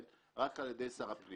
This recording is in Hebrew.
הלוואי שכל ראשי